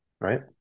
right